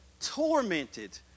tormented